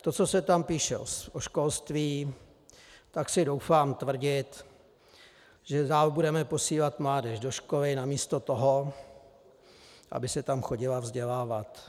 To, co se tam píše o školství, tak si troufám tvrdit, že dál budeme posílat mládež do školy namísto toho, aby se tam chodila vzdělávat.